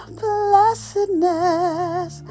blessedness